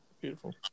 beautiful